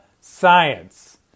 science